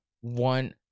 one